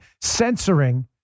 censoring